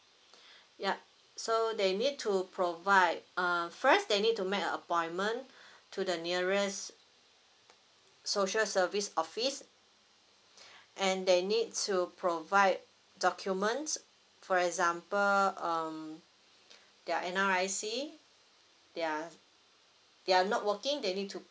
yup so they need to provide uh first they need to make a appointment to the nearest social service office and they need to provide documents for example um their N_R_I_C their they are not working they need to